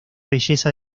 belleza